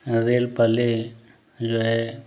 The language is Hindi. जो है